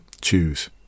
choose